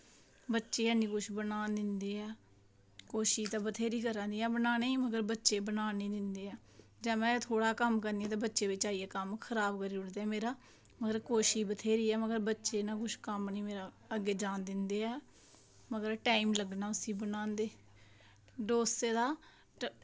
बच्चे हैनी कुछ बनान दिंदे आ कोशिश ते बथ्हेरी करा नी आं बनाने दी मगर बच्चे बनान निं दिंदे आ जैल्ले में कम्म करनी थोह्ड़ा ते बच्चे बिच आइयै कम्म खराब करी ओड़दे मेरा होर कोशिश ते बथ्हेरी ऐ पर मेरे बच्चे ना मेरा कुछ कम्म निं अग्गें जान दिंदे ऐ मगर टाईम लग्गना उसी बनांदे डोसे दा